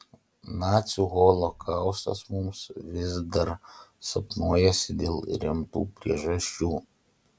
nacių holokaustas mums vis dar sapnuojasi dėl rimtų priežasčių